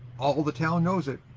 all the town knows it.